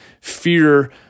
fear